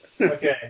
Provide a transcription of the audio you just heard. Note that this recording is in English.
Okay